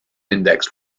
indexed